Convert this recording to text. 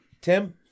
Tim